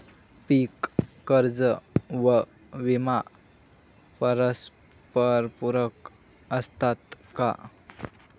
पीक कर्ज व विमा परस्परपूरक असतात का?